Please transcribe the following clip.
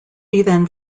then